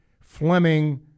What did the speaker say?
Fleming